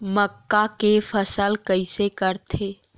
मक्का के फसल कइसे करथे?